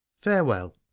farewell